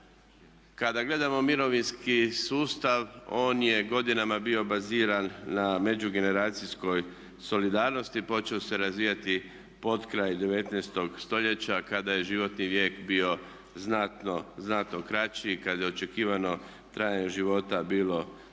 Kada gledamo mirovinski sustav on je godinama bio baziran na međugeneracijskoj solidarnosti i počeo se razvijati potkraj 19. stoljeća kada je životni vijek bio znatno kraći, kad je očekivano trajanje života bilo kraće